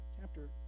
chapter